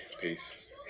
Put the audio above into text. Peace